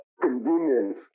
convenience